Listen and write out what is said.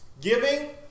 giving